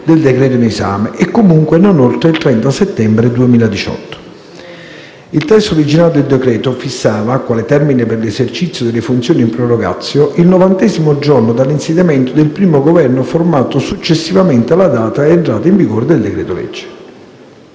del decreto in esame e, comunque, non oltre il 30 settembre 2018. Il testo originario del decreto fissava, quale termine per l'esercizio delle funzioni *in prorogatio*, il novantesimo giorno dall'insediamento del primo Governo formato successivamente alla data di entrata in vigore del decreto-legge.